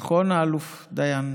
נכון, האלוף דיין?